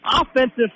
offensive